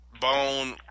Bone